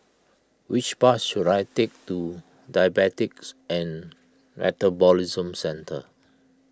which bus should I take to Diabetes and Metabolism Centre